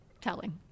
telling